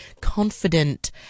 confident